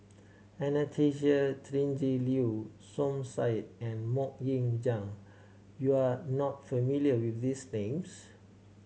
Anastasia Tjendri Liew Som Said and Mok Ying Jang you are not familiar with these names